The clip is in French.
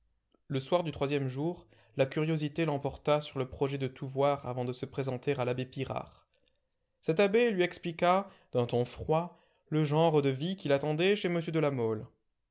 le soir du troisième jour la curiosité l'emporta sur le projet de tout voir avant de se présenter à l'abbé pirard cet abbé lui expliqua d'un ton froid le genre de vie qui l'attendait chez m de la mole